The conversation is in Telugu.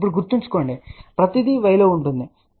ఇప్పుడు గుర్తుంచుకోండి ప్రతిదీ y లో ఉంటుంది సరే